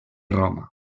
roma